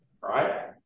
right